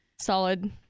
Solid